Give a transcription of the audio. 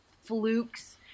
flukes